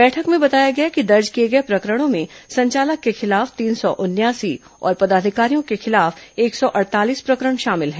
बैठक में बताया गया कि दर्ज किए गए प्रकरणों में संचालक के खिलाफ तीन सौ उनयासी और पदाधिकारियों के खिलाफ एक सौ अड़तालीस प्रकरण शामिल हैं